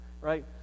right